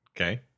Okay